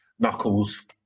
Knuckles